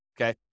Okay